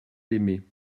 d’aimer